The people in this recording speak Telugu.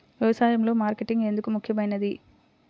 వ్యసాయంలో మార్కెటింగ్ ఎందుకు ముఖ్యమైనది?